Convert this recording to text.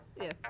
Yes